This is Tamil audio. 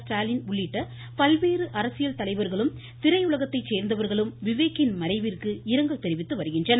ஸ்டாலின் உள்ளிட்ட பல்வேறு தலைவர்களும் திரையுலகத்தைச் சோந்தவர்களும் விவேக்கின் மறைவிற்கு அரசியல் இரங்கல் தெரிவித்து வருகின்றனர்